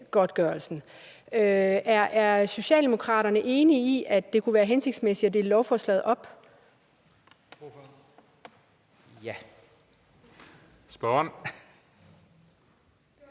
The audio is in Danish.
Er Socialdemokraterne enige i, at det kunne være hensigtsmæssigt at dele lovforslaget op?